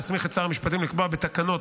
להסמיך את שר המשפטים לקבוע בתקנות,